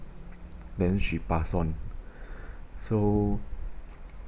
then she passed on so